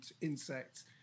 insects